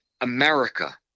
America